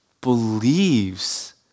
believes